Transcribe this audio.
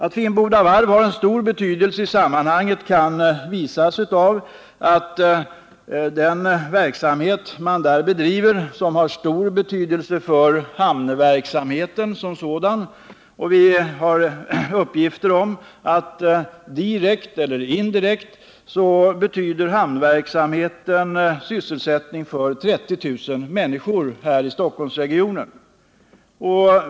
Att Finnboda Varv har stor betydelse i sammanhanget bevisas av att den verksamhet man där bedriver har stort värde för hamnverksamheten som sådan. Vi har uppgifter om att hamnverksamheten direkt eller indirekt betyder sysselsättning för 30 000 människor i Stockholmsregionen.